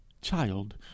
Child